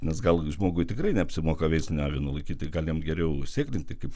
nes gal žmogui tikrai neapsimoka veislinių avinų laikyt tai gal jam geriau sėklint tai kaip